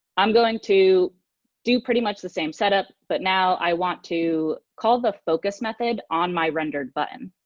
i'm going to do pretty much the same set-up but now i want to call the focus method on my rendered button.